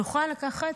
תוכל לקחת,